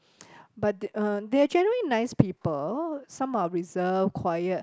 but uh they are generally nice people some are reserved quiet